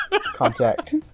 contact